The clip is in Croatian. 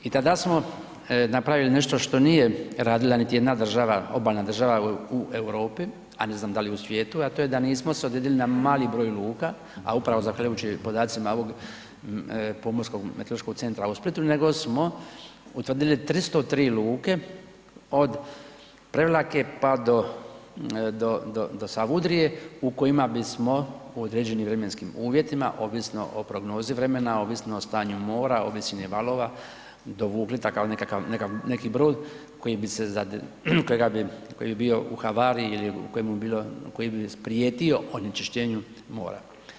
I tada smo napravili nešto što nije radila niti jedna država, obalna država u Europi a ne znam da li i u svijetu a to je da nismo ... na mali broj luka a upravo zahvaljujući podacima ovog Pomorskog meteorološkog centra u Splitu nego smo utvrdili 303 luke od Prevlake pa do Savudrije u kojima bismo u određenim vremenskim uvjetima ovisno o prognozi vremena, ovisno o stanju mora, o visini valova dovukli takav nekakav, neki brod koji bi se, koji je bio u havariji ili koji bi prijetio onečišćenju mora.